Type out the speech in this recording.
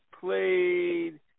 played